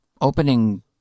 opening